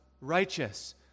righteous